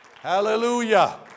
Hallelujah